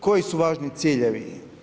Koji su važni ciljevi?